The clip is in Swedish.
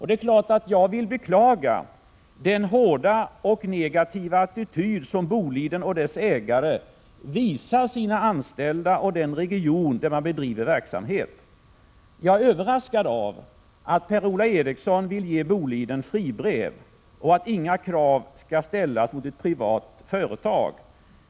Det är klart att jag vill beklaga den hårda och negativa attityd som Boliden och dess ägare visar sina anställda och den region där man bedriver verksamhet. Jag är överraskad av att Per-Ola Eriksson vill ge Boliden fribrev, att inga krav skall ställas på ett privat företag.